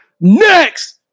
next